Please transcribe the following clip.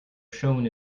shone